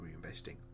reinvesting